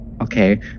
Okay